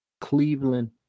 Cleveland